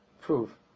prove